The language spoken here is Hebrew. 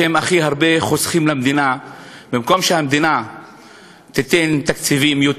חוסכים למדינה הכי הרבה: במקום שהמדינה תיתן יותר תקציבים,